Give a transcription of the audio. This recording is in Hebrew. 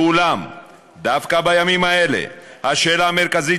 ואולם דווקא בימים האלה השאלה המרכזית